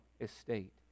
estate